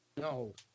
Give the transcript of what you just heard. No